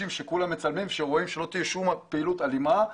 רבים יצלמו ויראו שאין פה פעילות אלימה,